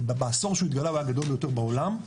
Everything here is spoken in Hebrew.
בעשור שהוא התגלה הוא היה הגדול ביותר בעולם.